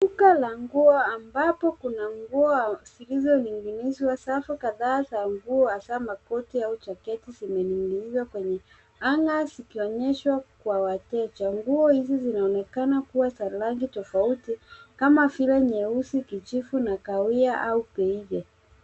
Duka la nguo ambapo kuna nguo zilizoning'inizwa. Safu kadhaa za nguo hasa makoti au jaketi zimening'inizwa kwenye hanger; zikonyeshwa kwa wateja. Nguo hizi zinaonekana kuwa za rangi tofauti kama vile nyeusi, kijivu na kahawia au...